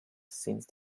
since